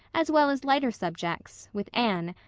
as well as lighter subjects, with anne,